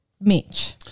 Mitch